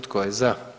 Tko je za?